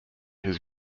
his